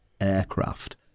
aircraft